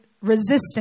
resistance